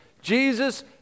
Jesus